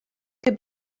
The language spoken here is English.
could